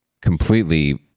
completely